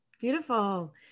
Beautiful